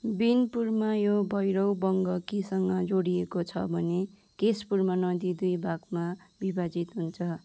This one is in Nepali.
बिनपुरमा यो भैरबबङ्कीसँग जोडिएको छ भने केशपुरमा नदी दुई भागमा विभाजित हुन्छ